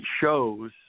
shows